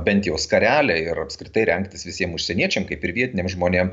bent jau skarelę ir apskritai rengtis visiem užsieniečiam kaip ir vietiniam žmonėm